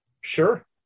Sure